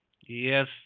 Yes